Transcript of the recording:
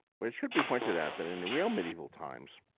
but it should be pointed out that in the real medieval times,